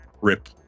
Rip